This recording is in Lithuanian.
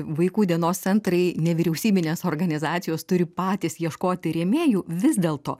vaikų dienos centrai nevyriausybinės organizacijos turi patys ieškoti rėmėjų vis dėlto